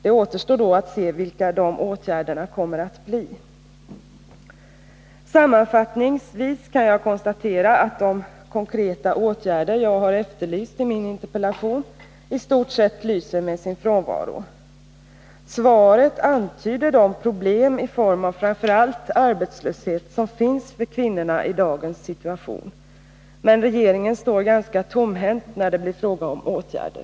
Det återstår att se vilka de åtgärderna kommer att bli. Sammanfattningsvis kan jag konstatera att de konkreta åtgärder jag har efterlyst i min interpellation i stort sett lyser med sin frånvaro. Svaret antyder de problem i form av framför allt arbetslöshet som finns för kvinnorna i dagens situation. Men regeringen står tomhänt när det blir fråga om åtgärder.